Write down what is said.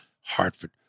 Hartford